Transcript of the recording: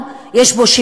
אין בו דיכוי,